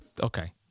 okay